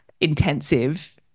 intensive